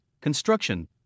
construction